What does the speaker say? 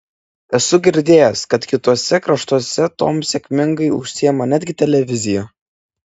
esu girdėjęs kad kituose kraštuose tuom sėkmingai užsiima netgi televizija